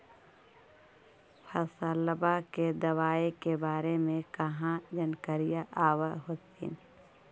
फसलबा के दबायें के बारे मे कहा जानकारीया आब होतीन?